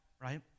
right